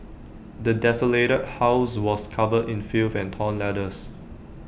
the desolated house was covered in filth and torn letters